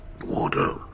water